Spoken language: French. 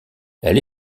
elle